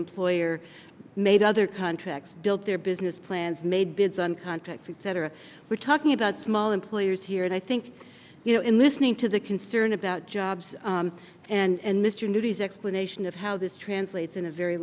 employer made other contracts built their business plans made bids and contracts and cetera we're talking about small employers here and i think you know in listening to the concern about jobs and mr newbie's explanation of how this translates in a very